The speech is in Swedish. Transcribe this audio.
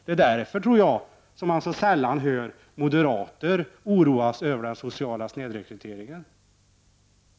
Jag tror det är därför man så sällan hör moderater oro sig över den sociala snedrekryteringen.